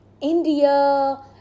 India